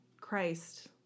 Christ